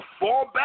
fallback